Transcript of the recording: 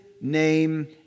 name